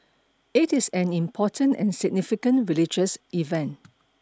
it is an important and significant religious event